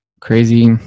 crazy